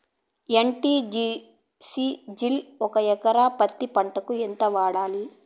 ఎ.టి.జి.సి జిల్ ఒక ఎకరా పత్తి పంటకు ఎంత వాడాలి?